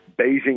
Beijing